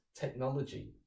technology